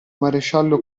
maresciallo